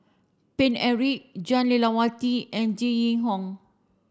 Paine Eric Jah Lelawati and Jenn Yee Hong